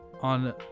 on